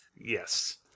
Yes